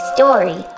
Story